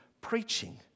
preaching